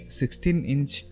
16-inch